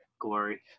Glory